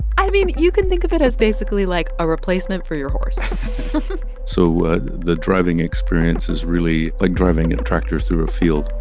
i mean, you can think of it as, basically, like a replacement for your horse so the driving experience is really like driving and a tractor through a field.